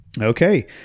Okay